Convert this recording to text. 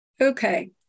Okay